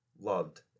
loved